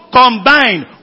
combined